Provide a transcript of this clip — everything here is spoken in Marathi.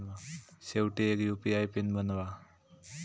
शेवटी एक यु.पी.आय पिन बनवा